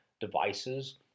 devices